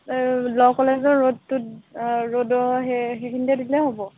ল' কলেজৰ ৰোডটোত ৰোডৰ সেই সেইখিনিতে দিলে হ'ব